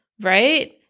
right